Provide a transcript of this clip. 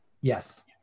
Yes